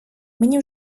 мені